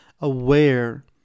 aware